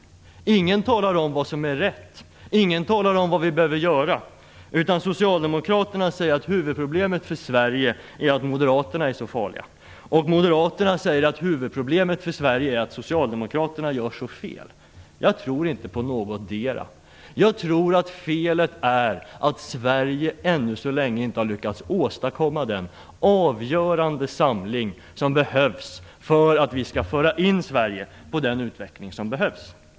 Ingen talar om vad som är rätt, och ingen talar om vad vi behöver göra. Socialdemokraterna säger att huvudproblemet för Sverige är att Moderaterna är så farliga, och Moderaterna säger att huvudproblemet för Sverige är att Socialdemokraterna gör så fel. Jag tror inte på någondera. Jag tror att felet är att Sverige ännu så länge inte har lyckats åstadkomma den avgörande samling som behövs för att vi skall föra in Sverige på den utveckling som behövs.